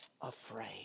afraid